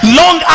long